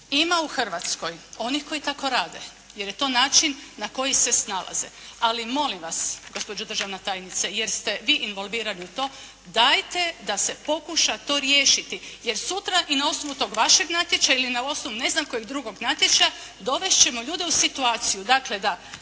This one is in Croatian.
ima u Hrvatskoj onih koji to tako rade, jer je to način na koji se snalaze. Ali molim vas gospođo državna tajnice, jer ste vi involvirani u to dajte da se pokuša to riješiti jer sutra i na osnovu tog vašeg natječaja ili na osnovu ne znam kojeg drugog natječaja dovest ćemo ljude u situaciju dakle da